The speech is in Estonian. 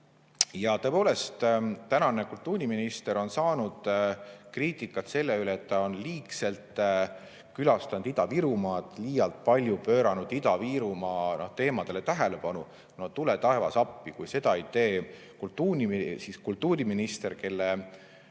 Ja tõepoolest, tänane kultuuriminister on saanud kriitikat selle pärast, et ta on liigselt külastanud Ida-Virumaad, liialt palju pööranud Ida-Virumaa teemadele tähelepanu. No tule taevas appi! Kui seda ei tee kultuuriminister, kelle